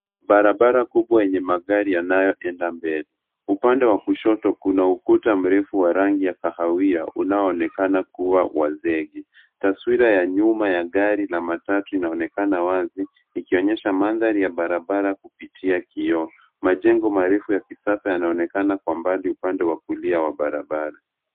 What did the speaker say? Barabara kubwa yenye magari yanayoenda mbele. Upande wa kushoto kuna ukuta mrefu wa rangi ya kahawia unaoonekana kuwa wa zege. Taswira ya nyuma ya gari la matatu inaonekana wazi likionyesha mandhari ya barabara kupitia kioo. Majengo marefu ya kisasa yanaonekana kwa mbali upande wa kulia wa barabara.